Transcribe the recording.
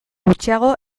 gutxiago